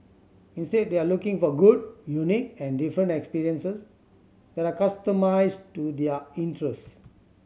instead they are looking for good unique and different experiences that are customised to their interests